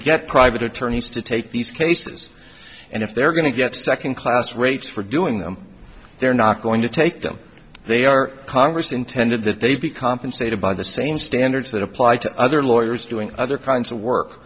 get private attorneys to take these cases and if they're going to get second class rates for doing them they're not going to take them they are congress intended that they be compensated by the same standards that apply to other lawyers doing other kinds of work